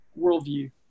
worldview